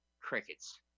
crickets